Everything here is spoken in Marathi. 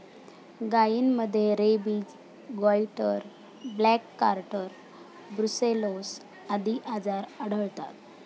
गायींमध्ये rabies, goitre, black quarter, brucellosis आदी आजार आढळतात